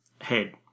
head